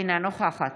אינה נוכחת